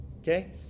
Okay